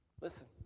Listen